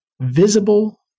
visible